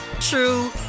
true